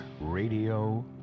Radio